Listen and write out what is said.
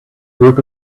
group